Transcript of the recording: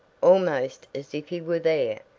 almost as if he were there.